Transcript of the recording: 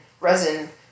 Resin